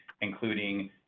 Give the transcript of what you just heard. including